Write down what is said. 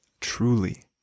truly